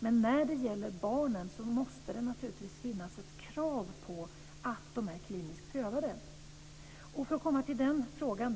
Men vad gäller barnen måste det naturligtvis finnas ett krav på att medicinerna är kliniskt prövade. Jag ska avslutningsvis komma till min fråga,